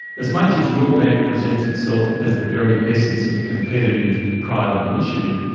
as much as your bank presents itself as the very essence of competitive, private initiative,